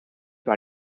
par